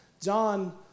John